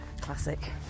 Classic